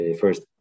first